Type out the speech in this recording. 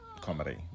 comedy